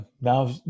Now